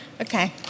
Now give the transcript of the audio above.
Okay